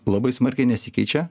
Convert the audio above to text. labai smarkiai nesikeičia